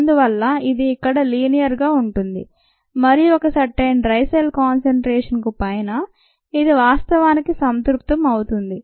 అందువల్ల ఇది ఇక్కడ లీనియర్ గా ఉంటుంది మరియు ఒక సర్టైన్ డ్రై సెల్ కాన్సెన్ట్రేషన్ కు పైన ఇది వాస్తవానికి సంతృప్తం అవుతుంది